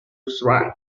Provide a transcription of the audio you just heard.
thrive